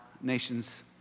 nation's